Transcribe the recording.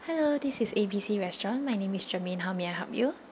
hello this is A B C restaurant my name is germaine how may I help you